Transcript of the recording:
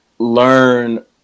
learn